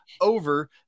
over